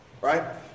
right